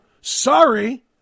Sorry